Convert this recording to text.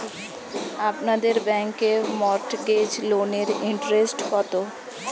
আপনাদের ব্যাংকে মর্টগেজ লোনের ইন্টারেস্ট কত?